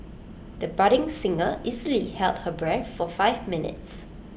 the budding singer easily held her breath for five minutes